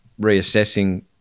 reassessing